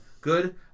good